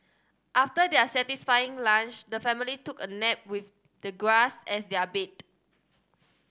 after their satisfying lunch the family took a nap with the grass as their bed